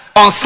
on